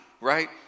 right